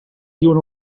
diuen